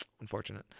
Unfortunate